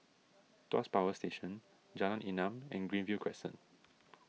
Tuas Power Station Jalan Enam and Greenview Crescent